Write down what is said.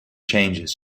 changes